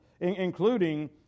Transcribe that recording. including